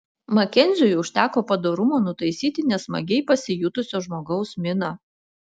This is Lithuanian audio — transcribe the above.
makenziui užteko padorumo nutaisyti nesmagiai pasijutusio žmogaus miną